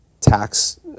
tax